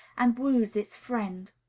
and wooes its friend.